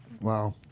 Wow